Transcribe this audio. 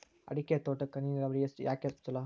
ಅಡಿಕೆ ತೋಟಕ್ಕ ಹನಿ ನೇರಾವರಿಯೇ ಯಾಕ ಛಲೋ?